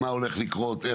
מה הולך לקרות?